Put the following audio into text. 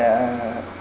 err